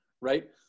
right